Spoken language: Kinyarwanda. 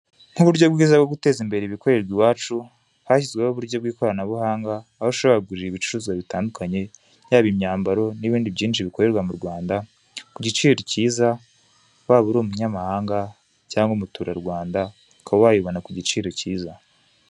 Nk'uburyo bwiza bwo guteza imbere ibikorerwa iwacu, hashyizweho uburyo bw'ikoranabuhanga; aho ushobora kugurira ibicuruzwa bitandukanye: yaba imyambaro ndetse n'ibindi byinshi bikorerwa mu Rwanda ku giciro cyiza, waba uri umunyamahanga cyangwa umuturarwanda ukaba wayibona ku giciro cyiza.